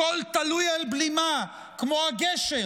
הכול תלוי על בלימה, כמו הגשר